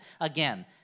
Again